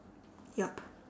yup